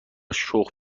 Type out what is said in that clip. شخم